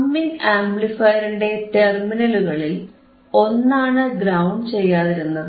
summing ആംപ്ലിഫയറിന്റെ ടെർമിനലുകളിൽ ഒന്നാണ് ഗ്രൌണ്ട് ചെയ്യാതിരുന്നത്